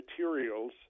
materials –